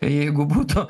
jeigu būtų